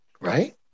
right